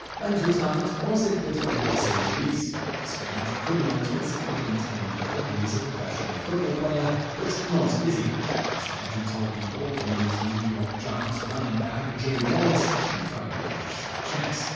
lang's retirement was a bit bumpy, to say the least. in a strange, criminal twist, he began telling people he was a professional football player but not izzy lang. instead, he told people that he was new york giants running back joe morris and tried to cash some checks.